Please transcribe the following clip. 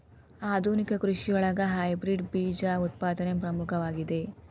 ಆಧುನಿಕ ಕೃಷಿಯೊಳಗ ಹೈಬ್ರಿಡ್ ಬೇಜ ಉತ್ಪಾದನೆ ಪ್ರಮುಖವಾಗಿದೆ